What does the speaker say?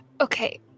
okay